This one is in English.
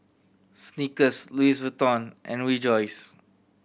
Snickers Louis Vuitton and Rejoice